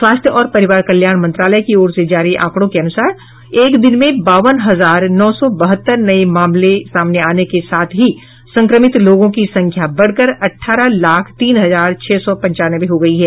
स्वास्थ्य और परिवार कल्याण मंत्रालय की ओर से जारी आंकड़ों के अनुसार एक दिन में बावन हजार नौ सौ बहत्तर नये मामले आने के साथ ही संक्रमित लोगों की संख्या बढ़कर अठारह लाख तीन हजार छह सौ पंचानवे हो गयी है